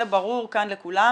זה ברור כאן לכולם,